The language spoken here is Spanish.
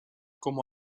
como